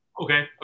okay